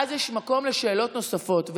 ואז יש מקום לשאלות נוספות,